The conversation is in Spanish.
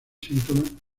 síntomas